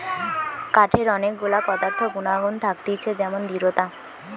কাঠের অনেক গুলা পদার্থ গুনাগুন থাকতিছে যেমন দৃঢ়তা